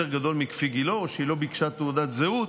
גדול מכפי גילו או שהיא לא ביקשה תעודת זהות,